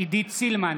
עידית סילמן,